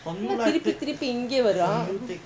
திருப்பிதிருப்பிஇங்கயேவரான்:thiruppi thiruppi inkaye varaan